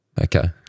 Okay